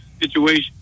situation